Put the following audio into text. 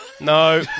No